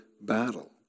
battle